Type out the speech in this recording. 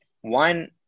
One